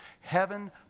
Heaven